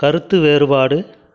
கருத்து வேறுபாடு